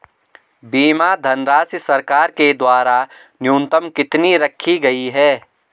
बीमा धनराशि सरकार के द्वारा न्यूनतम कितनी रखी गई है?